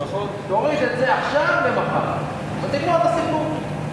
נוריד את זה עכשיו למחר, ונגמר הסיפור.